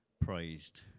praised